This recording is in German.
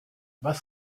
was